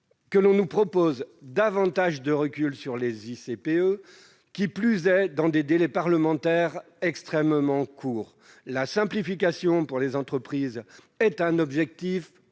que l'on nous propose davantage de recul sur les ICPE, qui plus est dans des délais parlementaires extrêmement courts. La simplification pour les entreprises est un objectif